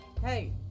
hey